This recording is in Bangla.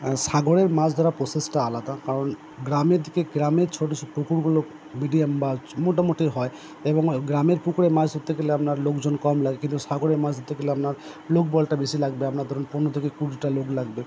সাগরের মাছ ধরার প্রসেসটা আলাদা কারণ গ্রামের দিকে গ্রামের ছোটো ছোটো পুকুরগুলো মিডিয়াম বা মোটামুটি হয় এবং গ্রামের পুকুরে মাছ ধরতে গেলে আপনার লোকজন কম লাগে কিন্তু সাগরে মাছ ধরতে গেলে আপনার লোকবলটা বেশি লাগবে আপনার ধরুন পনেরো থেকে কুড়িটা লোক লাগবে